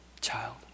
child